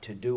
to do